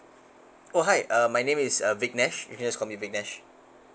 oh hi uh my name is uh viknesh you can just call me viknesh